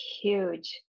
huge